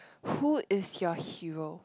who is your hero